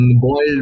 boiled